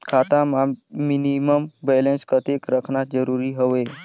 खाता मां minimum balance कतेक रखना जरूरी हवय?